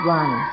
one